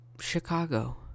Chicago